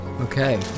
okay